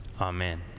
Amen